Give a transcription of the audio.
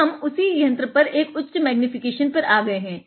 तो हम उसी यंत्र पर एक उच्च मेग्निफिकेशन पर आ गए है